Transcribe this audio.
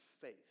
faith